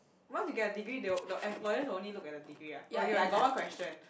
once you get your degree they will the employers will only look at the degree ah I got one question